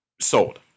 sold